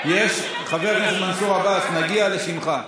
חבר הכנסת מנסור עבאס, נגיע לשמך.